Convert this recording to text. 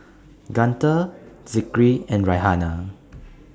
Guntur Zikri and Raihana